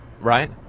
Right